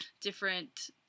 different